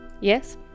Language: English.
Yes